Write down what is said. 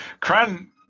Cran